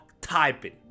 typing